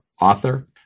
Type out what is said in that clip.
author